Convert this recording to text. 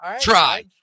try